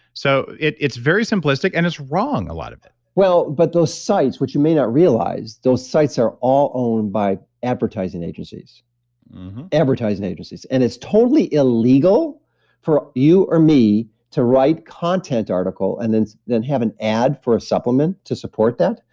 so it's very simplistic and it's wrong, a lot of it well, but those sites, which you may not realize, those sites are all owned by advertising agencies advertising agencies and it's totally illegal for you or me to write content article and then have an ad for a supplement to support that,